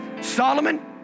Solomon